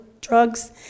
drugs